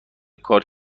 کار